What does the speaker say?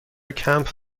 کمپ